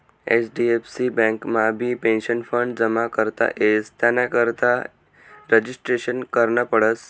HDFC बँकमाबी pension fund जमा करता येस त्यानाकरता रजिस्ट्रेशन करनं पडस